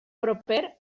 proper